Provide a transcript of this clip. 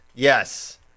Yes